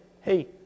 hey